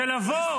-- שלבוא